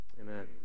Amen